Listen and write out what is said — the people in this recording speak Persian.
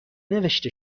نوشته